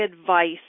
advice